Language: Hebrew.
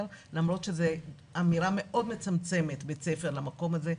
למרות שזאת אמירה מאוד מצמצמת למקום הזה.